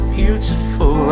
beautiful